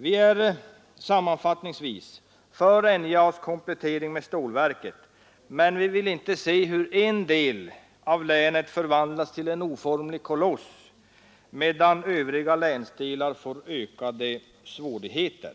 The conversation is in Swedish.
Vi är sammanfattningsvis för NJA:s komplettering med stålverket, men vi vill inte se hur en del av länet förvandlas till en oformlig koloss, medan övriga länsdelar får ökade svårigheter.